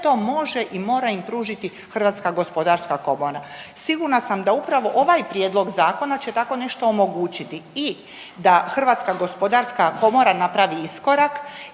to može i mora im pružiti Hrvatska gospodarska komora. Sigurna sam da upravo ovaj prijedlog zakona će tako nešto omogućiti i da Hrvatska gospodarska komora napravi iskorak